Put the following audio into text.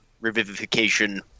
revivification